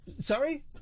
sorry